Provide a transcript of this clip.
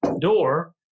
door